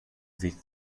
weg